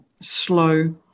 slow